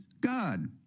God